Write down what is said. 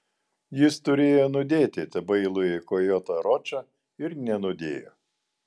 jis turėjo nudėti tą bailųjį kojotą ročą ir nenudėjo